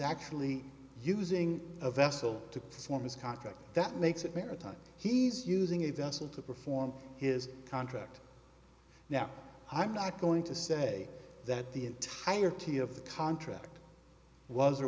actually using a vessel to perform his contract that makes it maritime he's using it doesn't to perform his contract now i'm not going to say that the entirety of the contract was or